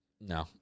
No